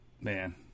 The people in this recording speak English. Man